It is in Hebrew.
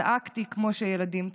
צעקתי כמו שילדים צועקים,